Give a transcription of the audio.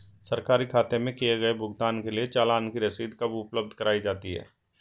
सरकारी खाते में किए गए भुगतान के लिए चालान की रसीद कब उपलब्ध कराईं जाती हैं?